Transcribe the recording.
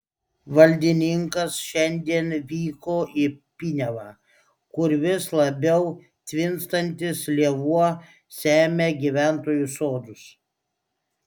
valdininkas šiandien vyko į piniavą kur vis labiau tvinstantis lėvuo semia gyventojų sodus